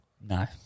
No